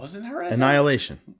Annihilation